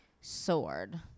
sword